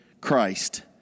Christ